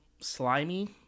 slimy